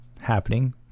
happening